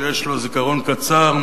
שיש לו זיכרון קצר,